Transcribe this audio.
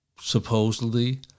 supposedly